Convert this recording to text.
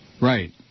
Right